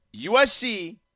USC